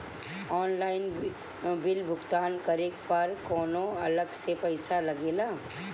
Online bill भुगतान करे पर कौनो अलग से पईसा लगेला?